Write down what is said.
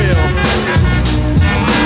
real